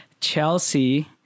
chelsea